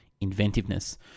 inventiveness